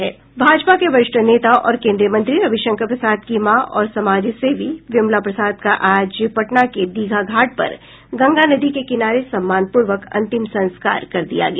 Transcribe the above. भाजपा के वरिष्ठ नेता और केन्द्रीय मंत्री रविशंकर प्रसाद की मां और समाजसेवी विमला प्रसाद का आज पटना के दीघा घाट पर गंगा नदी के किराने सम्मानपूर्वक अंतिम संस्कार कर दिया गया